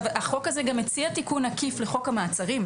החוק הזה מציע תיקון עקיף לחוק המעצרים.